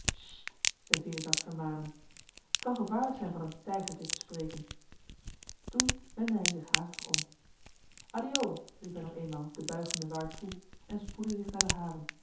zei veritas vermanend t kan gevaarlijk zijn van een tijgertje te spreken toen wendde hij zich haastig om addio riep hij nog eenmaal den buigenden waard toe en spoedde zich naar de haven